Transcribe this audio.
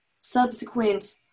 subsequent